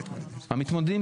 המתמודדים, המתמודדים.